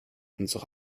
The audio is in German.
unsere